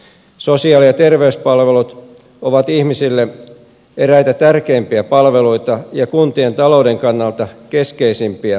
sosiaali ja terveyspalvelut ovat ihmisille eräitä tärkeimpiä palveluita ja kuntien talouden kannalta keskeisimpiä asioita